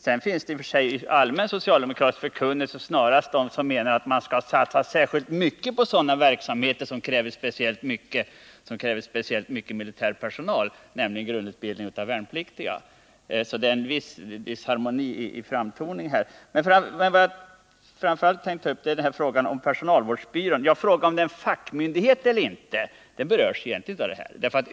Sedan finns det i och för sig en allmän socialdemokratisk förkunnelse som snarast går ut på att man skall satsa särskilt mycket på verksamheter som kräver speciellt mycket militär personal, nämligen på grundutbildning av värnpliktiga. Det är alltså en viss disharmoni i framtoningen. Men vad jag speciellt tänkte ta upp är frågan om personalvårdsbyrån. Frågan om denna är en fackmyndighet eller inte berörs egentligen inte.